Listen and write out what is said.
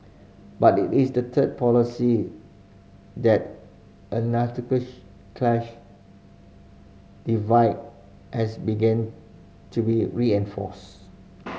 but it is the third policy that a class divide has begun to be reinforced